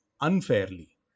unfairly